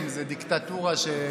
והינה,